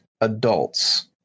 adults